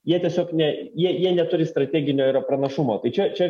jie tiesiog ne jie jie neturi strateginio yra pranašumo tai čia čia